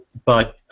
but